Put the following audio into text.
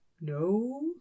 No